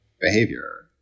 behavior